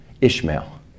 Ishmael